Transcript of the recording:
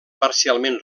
parcialment